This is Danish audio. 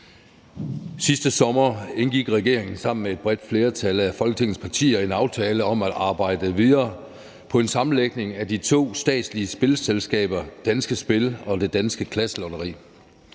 Sidste sommer indgik regeringen sammen med et bredt flertal af Folketingets partier en aftale om at arbejde videre på en sammenlægning af de to statslige spilleselskaber, Danske Spil og Det Danske Klasselotteri.